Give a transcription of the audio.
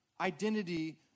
identity